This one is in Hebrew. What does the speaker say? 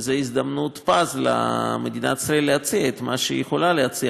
זאת הזדמנות פז למדינת ישראל להציע את מה שהיא יכולה להציע,